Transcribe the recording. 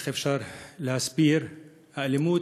איך אפשר להסביר את האלימות,